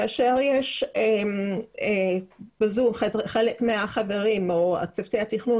כאשר ב-זום חלק מהחברים או צוותי התכנון